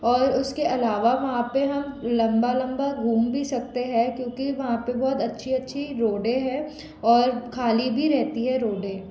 और उसके अलावा वहाँ पर हम लंबा लंबा घूम भी सकते हैं क्योंकि वहाँ पर बहुत अच्छी अच्छी रोडें हैं और ख़ाली भी रहती हैं रोडें